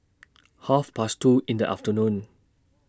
Half Past two in The afternoon